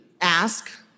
ask